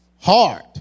hard